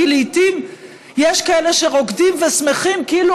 כי לעיתים יש כאלה שרוקדים ושמחים כאילו